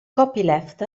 copyleft